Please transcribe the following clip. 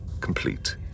complete